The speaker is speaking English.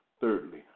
Thirdly